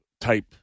type